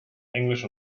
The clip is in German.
englisch